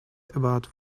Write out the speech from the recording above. about